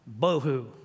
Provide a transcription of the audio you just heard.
bohu